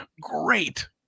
Great